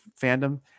fandom